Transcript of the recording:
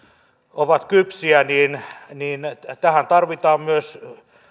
ovat kypsiä niin niin tähän tarvitaan myös